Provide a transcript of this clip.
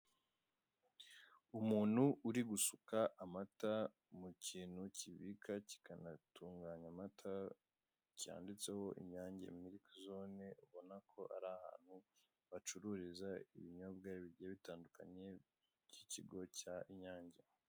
Umuntu uri gusuka amata mu kintu kibika kikanatunganya amata cyanditseho inyange miriki zone, ubona ko ari ahantu bacururiza ibinyobwa bigiye bitandukanye by'ikigo cya Inyange.